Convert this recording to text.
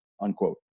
unquote